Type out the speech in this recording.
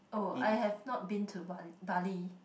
oh I have not been to Ba~ Bali